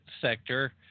sector